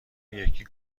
این